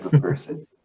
person